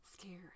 Scary